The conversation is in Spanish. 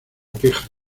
queja